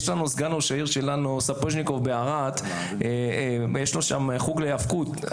סגן ראש העיר שלנו בערד, ויש לו שם חוג להיאבקות.